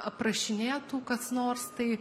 aprašinėtų kas nors tai